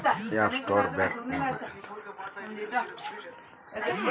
app Store ಬ್ಯಾಂಕ್ಗಳ website ನಿಂದ ಬಳಕೆದಾರರು ಯು.ಪಿ.ಐ ಸರ್ವಿಸ್ ಅಪ್ಲಿಕೇಶನ್ನ ಡೌನ್ಲೋಡ್ ಮಾಡುತ್ತಾರೆ